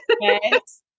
yes